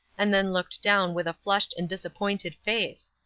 and then looked down with a flushed and disappointed face.